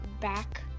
back